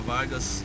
Vargas